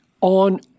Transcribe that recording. on